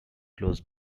closed